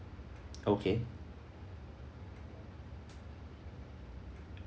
okay